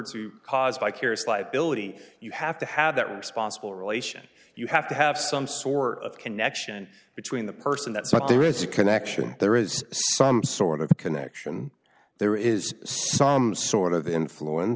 to cause by curious liability you have to have that responsible relation you have to have some sort of connection between the person that saw it there is a connection there is some sort of connection there is some sort of influence